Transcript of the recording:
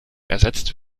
ersetzt